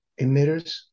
emitters